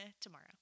Tomorrow